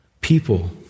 people